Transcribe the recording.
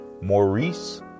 Maurice